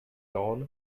dawn